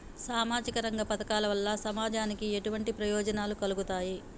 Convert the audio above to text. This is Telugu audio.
సామాజిక రంగ పథకాల వల్ల సమాజానికి ఎటువంటి ప్రయోజనాలు కలుగుతాయి?